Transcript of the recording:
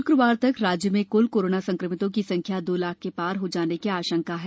शुक्रवार तक राज्य में कुल कोरोना संक्रमितों की संख्या दो लाख के पार हो जाने की आशंका है